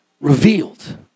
revealed